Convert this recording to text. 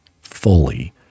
fully